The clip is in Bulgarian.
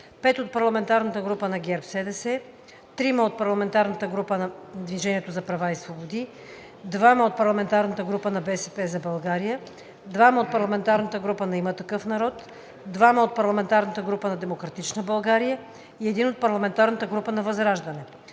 5 от парламентарната група на ГЕРБ СДС; 3 от парламентарната група на „Движение за права и свободи“; 2 от парламентарната група на „БСП за България“; 2 от парламентарната група на „Има такъв народ“; 2 от парламентарната група на „Демократична България“ и 1 от парламентарната група на партия